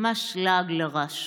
ממש לעג לרש,